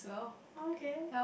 oh okay